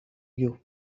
you